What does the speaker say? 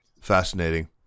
Fascinating